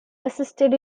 assisted